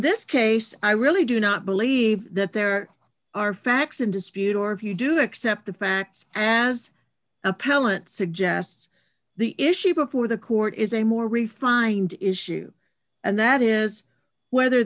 this case i really do not believe that there are facts in dispute or if you do accept the facts as appellant suggests the issue before the court is a more refined issue and that is whether